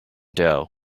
doe